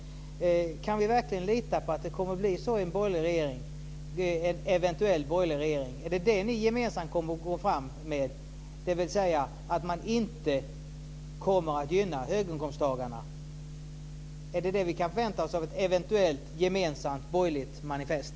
Kan vi verkligen lita på att det kommer att bli så i en eventuell borgerlig regering? Är det detta ni gemensamt kommer att gå fram med? Kommer man inte att gynna höginkomsttagarna? Är det det vi kan förvänta oss av ett eventuellt gemensamt borgerligt manifest?